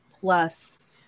plus